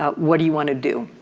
ah what do you want to do?